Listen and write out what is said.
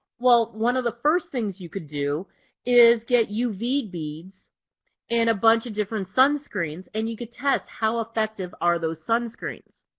well one of the first things you can do is get uv beads in a bunch of different sunscreens and you can test how effective are those sunscreens.